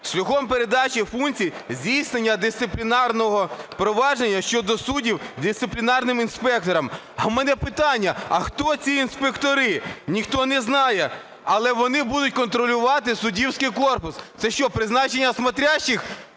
шляхом передачі функцій здійснення дисциплінарного провадження щодо суддів дисциплінарним інспекторам. А у мене питання, а хто ці інспектори? Ніхто не знає. Але вони будуть контролювати суддівський корпус. Це що, призначення "смотрящих"